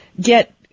get